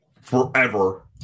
forever